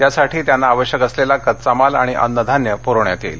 त्यासाठी त्यांना आवश्यक असलेला कच्चामाल आणि अन्नधान्य पुरवण्यात येईल